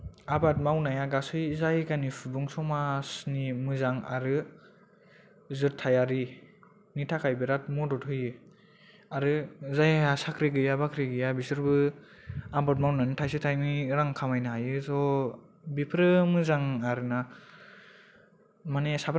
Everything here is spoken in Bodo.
आबाद मावनाया गासै जायगानि सुबुं समाजनि मोजां आरो जोरथायारि नि थाखाय बिराथ मदद होयो आरो जायहा साख्रि गैया बाख्रि गैया बिसोरबो आबाद मावनानै थाइसे थाइनै रां खामायनो हायो स' बिफोरो मोजां आरोना